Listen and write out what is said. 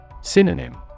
Synonym